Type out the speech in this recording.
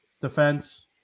Defense